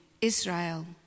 Israel